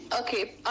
okay